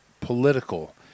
political